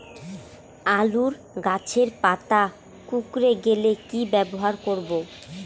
আলুর গাছের পাতা কুকরে গেলে কি ব্যবহার করব?